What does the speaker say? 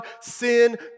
sin